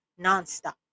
nonstop